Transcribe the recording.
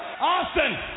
Austin